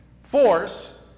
Force